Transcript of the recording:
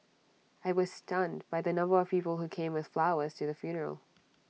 I was stunned by the number of people who came with flowers to the funeral